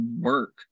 work